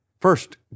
First